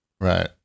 Right